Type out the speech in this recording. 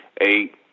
eight